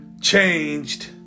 changed